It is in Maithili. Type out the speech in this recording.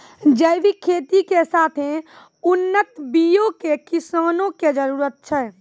जैविक खेती के साथे उन्नत बीयो के किसानो के जरुरत छै